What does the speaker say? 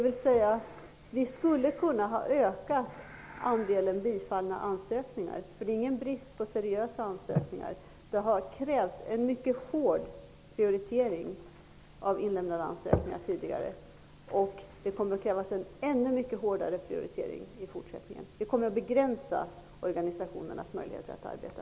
Vi skulle ha kunnat öka andelen bifallna ansökningar; det är ingen brist på seriösa ansökningar. Det har krävts en mycket hård prioritering vad gäller inlämnade ansökningar tidigare. I fortsättningen kommer det att krävas en ännu hårdare prioritering. Och det kommer att begränsa organisationernas möjligheter att arbeta.